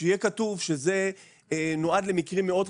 שיהיה כתוב שזה נועד למקרים מאוד חריגים,